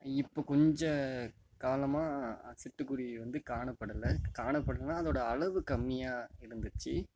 இப்போ கொஞ்ச காலமாக சிட்டுக்குருவி வந்து காணப்படலை காணப்படலைன்னா அதோட அளவு கம்மியாக இருந்துச்சு